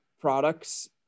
products